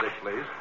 please